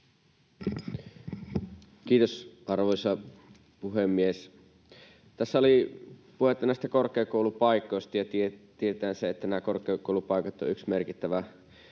Kiitos, arvoisa puhemies! Tässä oli puhetta korkeakoulupaikoista. Tiedetään se, että korkeakoulupaikat ovat yksi merkittävä